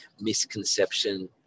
misconception